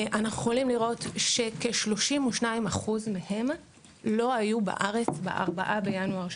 אנחנו יכלים לראות שכ-32% מהם לא היו בארץ ב-4 בינואר .